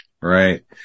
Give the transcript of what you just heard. Right